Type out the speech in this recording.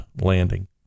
landing